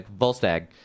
volstag